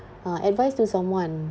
uh advise to someone